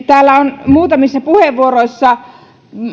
täällä on muutamissa puheenvuoroissa